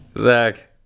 Zach